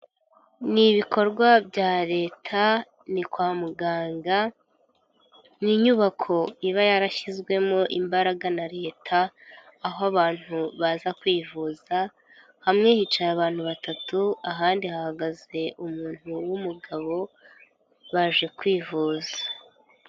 Ni ibikorwa bya leta, ni kwa muganga, ni inyubako iba yarashyizwemo imbaraga na leta, aho abantu baza kwivuza, hamwe hicaye abantu batatu, ahandi hahagaze umuntu w'umugabo, baje kwivuza.